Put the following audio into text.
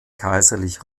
kaiserlich